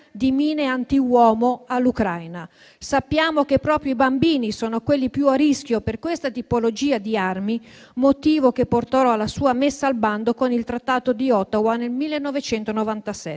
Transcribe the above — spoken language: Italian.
di mine antiuomo all'Ucraina. Sappiamo che proprio i bambini sono quelli più a rischio per questa tipologia di armi, motivo che portò alla sua messa al bando con il Trattato di Ottawa nel 1997.